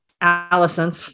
Allison